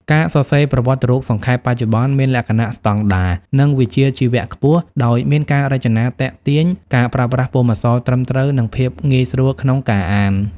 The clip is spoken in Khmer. ការសរសេរប្រវត្តិរូបសង្ខេប បច្ចុប្បន្នមានលក្ខណៈស្តង់ដារ និងវិជ្ជាជីវៈខ្ពស់ ដោយមានការរចនាទាក់ទាញ ការប្រើប្រាស់ពុម្ពអក្សរត្រឹមត្រូវ និងភាពងាយស្រួលក្នុងការអាន។